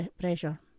pressure